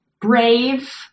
brave